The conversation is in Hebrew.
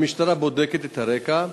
המשטרה בודקת את הרקע.